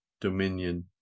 Dominion